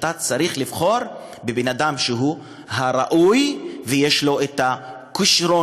אתה צריך לבחור בבן-אדם הראוי, שיש לו הכישרונות.